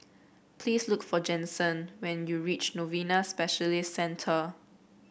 please look for Jensen when you reach Novena Specialist Centre